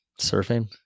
Surfing